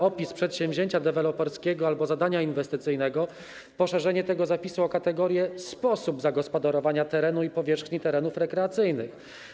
Opis przedsięwzięcia deweloperskiego albo zadania inwestycyjnego uzupełnić, poszerzyć ten zapis o kategorię: sposób zagospodarowania terenu i powierzchni terenów rekreacyjnych.